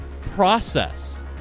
process